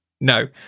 No